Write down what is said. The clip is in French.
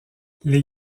les